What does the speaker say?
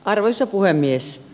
arvoisa puhemies